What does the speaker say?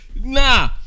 Nah